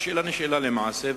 השאלה נשאלה למעשה,